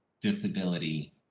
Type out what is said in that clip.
disability